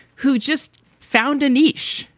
who just found a niche,